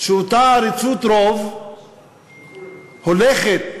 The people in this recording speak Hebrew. שאותה עריצות רוב הולכת וגדלה,